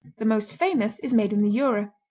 the most famous is made in the jura,